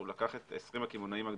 שהוא לקח את 20 הקמעונאים הגדולים,